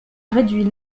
réduit